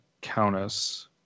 Countess